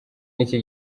n’iki